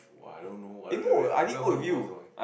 !wah! I don't know I wait I forget who the first one